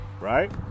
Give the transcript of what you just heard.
right